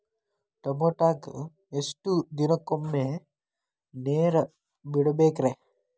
ಟಮೋಟಾಕ ಎಷ್ಟು ದಿನಕ್ಕೊಮ್ಮೆ ನೇರ ಬಿಡಬೇಕ್ರೇ?